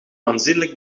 aanzienlijk